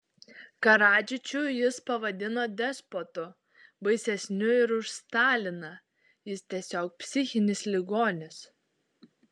karadžičių jis pavadino despotu baisesniu ir už staliną jis tiesiog psichinis ligonis